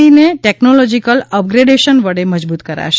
બીને technological upgradation વડે મજબૂત કરાશે